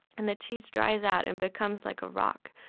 and the cheese dries out and becomes like a rock.